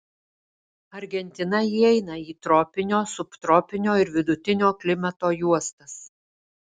argentina įeina į tropinio subtropinio ir vidutinio klimato juostas